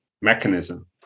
mechanism